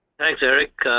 thanks eric.